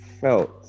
felt